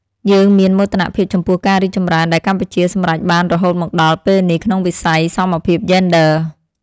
យើងមានមោទនភាពចំពោះការរីកចម្រើនដែលកម្ពុជាសម្រេចបានរហូតមកដល់ពេលនេះក្នុងវិស័យសមភាពយេនឌ័រ។